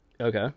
Okay